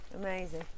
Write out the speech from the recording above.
amazing